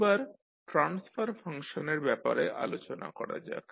এবার ট্রান্সফার ফাংশনের ব্যাপারে আলোচনা করা যাক